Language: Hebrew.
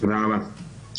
תודה רבה.